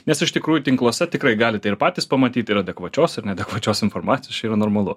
nes iš tikrųjų tinkluose tikrai galite ir patys pamatyti ir adekvačios ir neadekvačios informacijos čia yra normalu